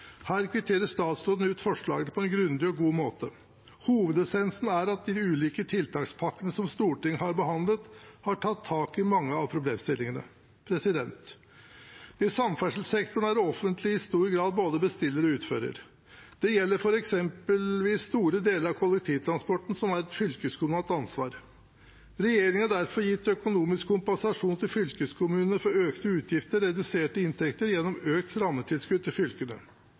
Her kvitterer statsråden ut forslaget på en grundig og god måte. Hovedessensen er at de ulike tiltakspakkene som Stortinget har behandlet, har tatt tak i mange av problemstillingene. I samferdselssektoren er det offentlige i stor grad både bestiller og utfører. Det gjelder f.eks. store deler av kollektivtransporten, som er et fylkeskommunalt ansvar. Regjeringen har derfor gitt økonomisk kompensasjon til fylkeskommunene for økte utgifter og reduserte inntekter, gjennom økt rammetilskudd til fylkene.